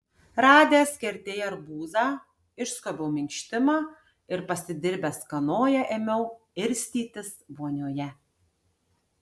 radęs kertėje arbūzą išskobiau minkštimą ir pasidirbęs kanoją ėmiau irstytis vonioje